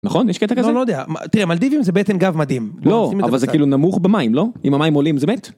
נכון? יש קטע כזה? תראה מלדיבים זה בטן גב מדהים. לא, אבל זה כאילו נמוך במים לא? אם המים עולים זה מת?